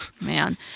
Man